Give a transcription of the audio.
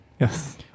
Yes